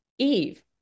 Eve